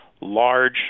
large